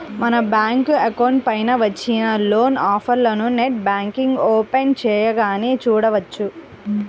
మన bank account పైన వచ్చిన లోన్ ఆఫర్లను నెట్ బ్యాంకింగ్ ఓపెన్ చేయగానే చూడవచ్చు